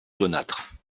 jaunâtre